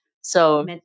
So-